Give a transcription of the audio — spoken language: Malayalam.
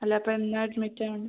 അല്ല അപ്പോൾ എന്നാണ് അഡ്മിറ്റ് ആവേണ്ടത്